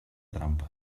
trampa